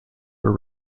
were